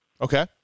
Okay